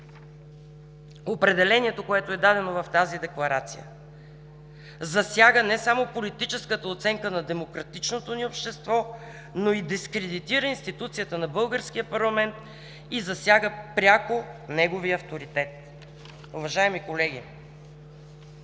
Определението, което е дадено в тази декларация – „Засяга не само политическата оценка на демократичното ни общество, но и дискредитира институцията на българския парламент, и засяга пряко неговия авторитет“. Уважаеми колеги,